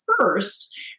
first